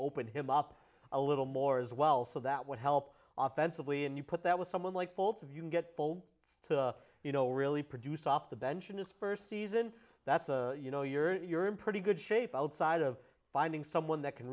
open him up a little more as well so that would help authentically and you put that with someone like bolts of you can get full you know really produce off the bench in his first season that's you know you're you're in pretty good shape outside of finding someone that can